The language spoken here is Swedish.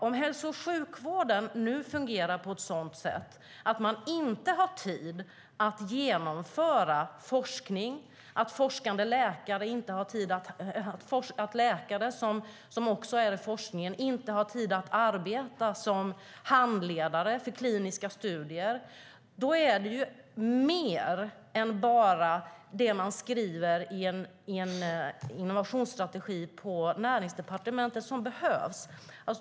Om hälso och sjukvården nu fungerar så att man inte har tid att genomföra forskning, att läkare som också forskar inte har tid att arbeta som handledare för kliniska studier, är det mer än bara det som tas med i en innovationsstrategi på Näringsdepartementet som behövs.